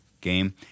Game